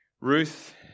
Ruth